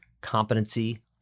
competency